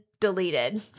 deleted